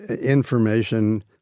information